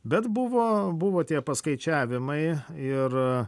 bet buvo buvo tie paskaičiavimai ir